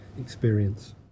experience